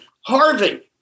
Harvey